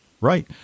Right